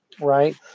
Right